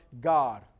God